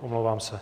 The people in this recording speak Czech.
Omlouvám se.